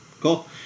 Cool